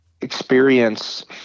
experience